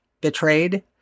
betrayed